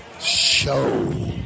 show